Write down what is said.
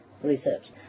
Research